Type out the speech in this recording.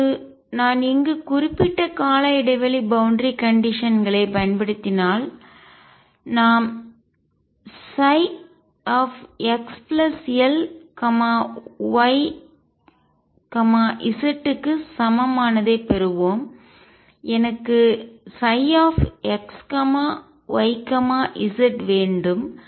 இப்போது நான் இங்கு குறிப்பிட்ட கால இடைவெளி பவுண்டரி கண்டிஷன் எல்லை நிபந்தனை களைப் பயன்படுத்தினால் நாம் ψxLyz க்கு சமம் ஆனதை பெறுவோம் எனக்கு ψ x y z வேண்டும்